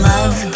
Love